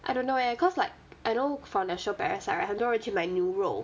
I don't know eh cause like I know from that show parasite right 很多人去买牛肉